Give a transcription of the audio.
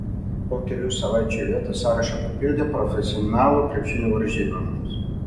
po kelių savaičių iveta sąrašą papildė profesionalų krepšinio varžybomis